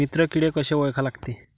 मित्र किडे कशे ओळखा लागते?